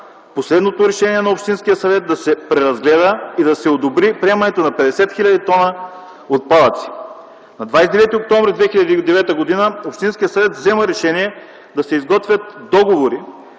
последното решение на общинския съвет да се преразгледа и да се одобри приемането на 50 хил. т отпадъци. На 29 октомври 2009 г. общинският съвет взема решение да се изготвят договори